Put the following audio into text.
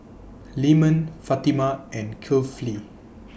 Leman Fatimah and Kifli